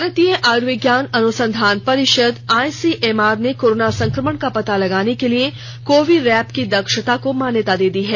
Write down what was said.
भारतीय आयुर्विज्ञान अनुसंधान परिषद आईसीएमआर ने कोरोना संक्रमण का पता लगाने के लिए कोविरैप की दक्षता को मान्यता दे दी है